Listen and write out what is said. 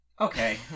okay